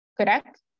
correct